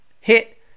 hit